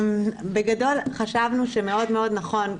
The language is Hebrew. בגדול חשבנו שמאוד מאוד נכון,